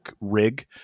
rig